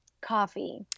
Coffee